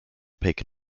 pick